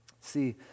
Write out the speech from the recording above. See